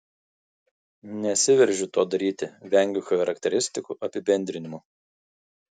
nesiveržiu to daryti vengiu charakteristikų apibendrinimų